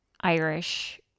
Irish